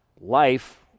life